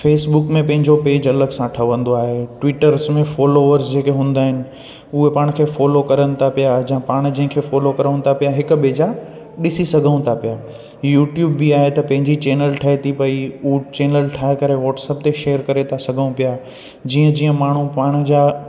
Facebook में पंहिंजो page अलॻि सां ठहंदो आहे ट्विटर्स में फॉलोवर्स जेके हूंदा आहिनि उहे पाण खे फॉलो करनि था पिया जा पाण जंहिंखें फॉलो करूं था पिया हिकु ॿिए जा ॾिसी सघूं था पिया यूट्यूब बि आहे त पंहिंजी चैनल ठहे थी पई उहो चैनल ठाहे करे वॉट्सअप ते शेयर करे था सघूं पिया जीअं जीअं माण्हू पाण जा